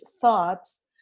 thoughts